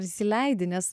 ar įsileidi nes